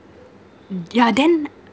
yeah then